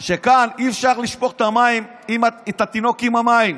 אבל אני הבנתי שכאן אי-אפשר לשפוך את התינוק עם המים.